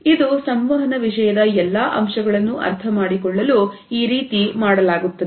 ಇದು ಸಂವಹನ ವಿಷಯದ ಎಲ್ಲಾ ಅಂಶಗಳನ್ನು ಅರ್ಥಮಾಡಿಕೊಳ್ಳಲು ಈ ರೀತಿ ಮಾಡಲಾಗುತ್ತದೆ